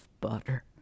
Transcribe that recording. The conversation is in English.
Butter